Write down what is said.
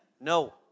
No